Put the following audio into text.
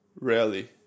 rarely